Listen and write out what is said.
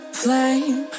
flame